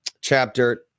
chapter